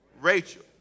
Rachel